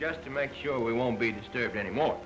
just to make sure we won't be disturbed anymore